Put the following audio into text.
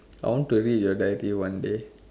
I want to read your dairy one day